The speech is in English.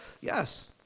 Yes